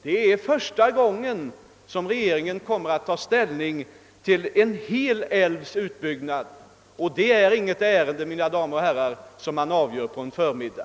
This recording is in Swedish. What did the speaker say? Det är första gången som regeringen skall ta ställning till en hel älvs utbyggnad, och det är inte en fråga, mina damer och herrar, som man avgör på en förmiddag.